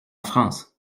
france